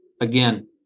again